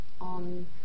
on